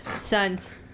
sons